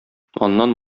аннан